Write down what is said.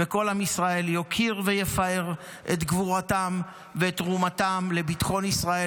כל עם ישראל יוקיר ויפאר את גבורתם ותרומתם לביטחון ישראל